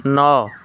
ନଅ